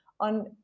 on